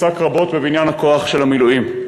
שעסק רבות בבניין הכוח של המילואים,